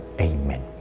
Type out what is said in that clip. amen